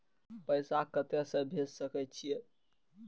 पैसा कते से भेज सके छिए?